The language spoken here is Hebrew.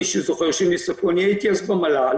מי שזוכר אני הייתי אז במל"ל